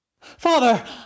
Father